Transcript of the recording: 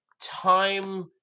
time